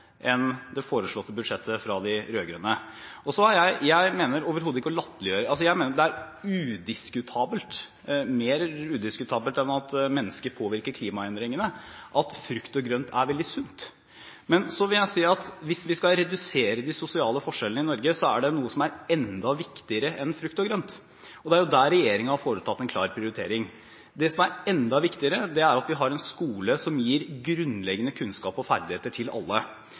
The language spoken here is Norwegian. enn det foreslåtte budsjettet fra de rød-grønne. Jeg mener overhodet ikke å latterliggjøre. Jeg mener at det er mer udiskutabelt at frukt og grønt er veldig sunt, enn at mennesket påvirker klimaendringene. Men så vil jeg si at hvis vi skal redusere de sosiale forskjellene i Norge, er det noe som er enda viktigere enn frukt og grønt, og det er der regjeringen har foretatt en klar prioritering. Det som er enda viktigere, er at vi har en skole som gir grunnleggende kunnskaper og ferdigheter til alle.